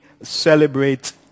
celebrate